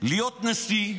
להיות נשיא,